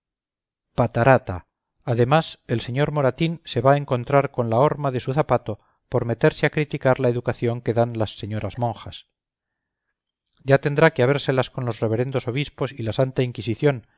patarata además el sr moratín se va a encontrar con la horma de su zapato por meterse a criticar la educación que dan las señoras monjas ya tendrá que habérselas con los reverendos obispos y la santa inquisición